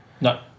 No